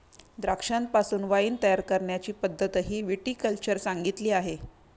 द्राक्षांपासून वाइन तयार करण्याची पद्धतही विटी कल्चर सांगितली आहे